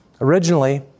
Originally